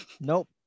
nope